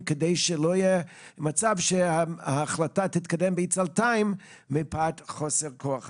כדי שלא יהיה מצב שההחלטה תתקדם בעצלתיים מפאת חוסר כוח אדם.